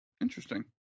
Interesting